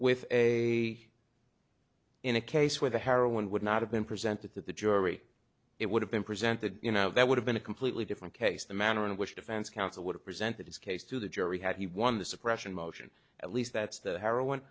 with a in a case where the heroin would not have been presented to the jury it would have been presented you know that would have been a completely different case the manner in which a defense counsel would have presented his case to the jury had he won the suppression motion at least that's the heroin